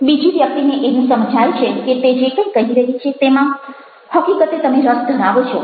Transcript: બીજી વ્યક્તિને એવું સમજાય છે કે તે જે કંઈ કહી રહી છે તેમાં હકીકતે તમે રસ ધરાવો છો